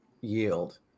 yield